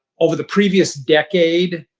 over the previous decade,